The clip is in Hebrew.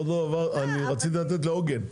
רציתי לתת לעוגן,